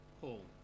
Paul